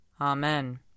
Amen